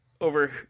over